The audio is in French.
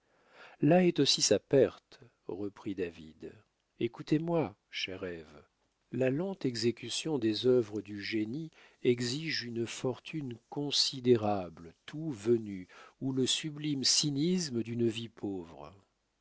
là est aussi sa perte reprit david écoutez-moi chère ève la lente exécution des œuvres du génie exige une fortune considérable toute venue ou le sublime cynisme d'une vie pauvre